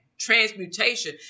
transmutation